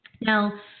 Now